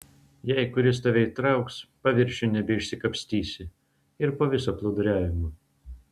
jei kuris tave įtrauks paviršiun nebeišsikapstysi ir po viso plūduriavimo